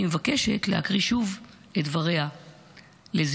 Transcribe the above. אני מבקשת להקריא שוב את דבריה לזכרו.